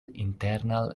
internal